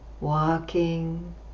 Walking